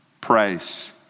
praise